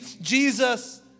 Jesus